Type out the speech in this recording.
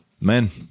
men